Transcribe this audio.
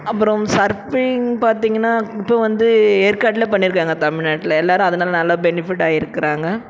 அப்புறம் சர்ஃபிங் பார்த்தீங்கன்னா இப்போ வந்து ஏற்காட்ல பண்ணியிருக்காங்க தமிழ்நாட்ல எல்லாரும் அதனால நல்லா பெனிஃபிட் ஆயிருக்கிறாங்க